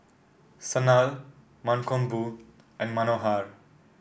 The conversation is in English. Sanal Mankombu and Manohar